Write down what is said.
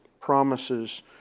promises